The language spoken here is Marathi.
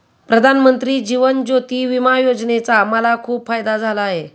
प्रधानमंत्री जीवन ज्योती विमा योजनेचा मला खूप फायदा झाला आहे